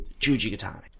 Jujigatami